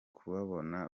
kubabona